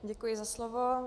Děkuji za slovo.